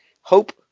hope